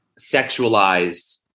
sexualized